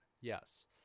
Yes